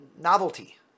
novelty